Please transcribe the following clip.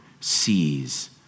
sees